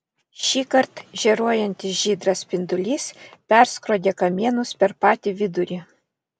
šįkart žėruojantis žydras spindulys perskrodė kamienus per patį vidurį